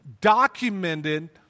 documented